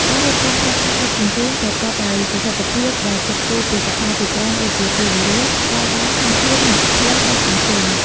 ការរៀបចំផែនការដឹកជញ្ជូនប្រកបដោយប្រសិទ្ធភាព ដោយគិតគូរពីកត្តាជាច្រើនដូចជា ពេលវេលា ថ្លៃដើម ធនធាន និងផ្លូវដឹកជញ្ជូន។